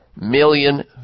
million